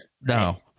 No